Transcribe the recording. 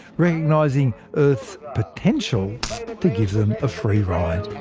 recognising earth's potential to give them a free ride